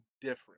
different